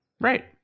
Right